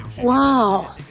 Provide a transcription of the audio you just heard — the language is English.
Wow